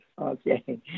okay